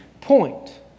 point